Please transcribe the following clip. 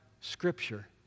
Scripture